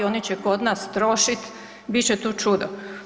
Oni će kod nas trošiti, bit će tu čudo.